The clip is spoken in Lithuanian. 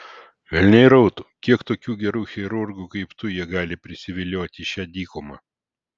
velniai rautų kiek tokių gerų chirurgų kaip tu jie gali prisivilioti į šią dykumą